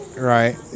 Right